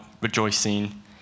rejoicing